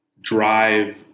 drive